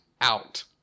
out